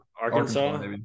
Arkansas